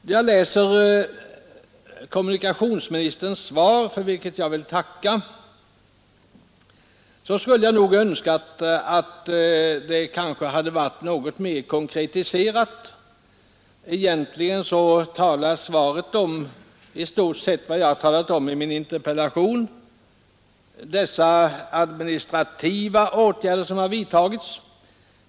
När jag läste kommunikationsministerns svar, för vilket jag vill tacka, önskade jag att det hade varit något mer konkretiserat. Egentligen talar svaret om i stort sett vad jag har nämnt i min interpellation dessa administrativa åtgärder som har vidtagits.